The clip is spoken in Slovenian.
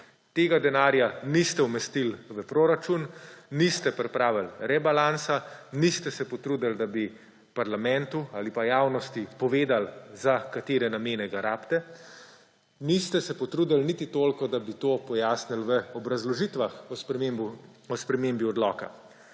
Tega denarja niste umestili v proračun, niste pripravili rebalansa; niste se potrudili, da bi parlamentu ali pa javnosti povedali, za katere namene ga rabite; niste se potrudili niti toliko, da bi to pojasnili v obrazložitvah o spremembi odloka.